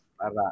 Para